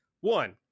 One